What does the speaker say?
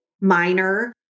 minor